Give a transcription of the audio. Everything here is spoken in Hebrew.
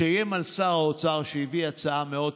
שייבדל לחיים ארוכים,